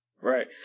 right